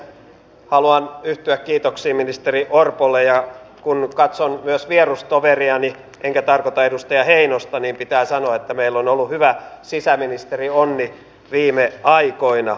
haluan yhtyä kiitoksiin ministeri orpolle ja kun katson myös vierustoveriani enkä tarkoita edustaja heinosta niin pitää sanoa että meillä on ollut hyvä sisäministerionni viime aikoina